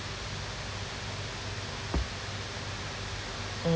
mm